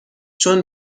چون